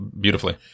beautifully